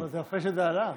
אבל יפה שזה עלה.